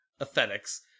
aesthetics